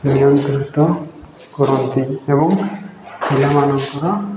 ନିୟନ୍ତ୍ରିତ କରନ୍ତି ଏବଂ ପିଲାମାନଙ୍କର